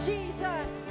Jesus